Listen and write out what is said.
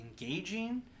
engaging